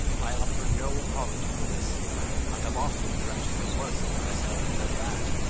i offer no apology for this i have often dreamt even worse of myself than that.